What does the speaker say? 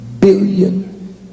billion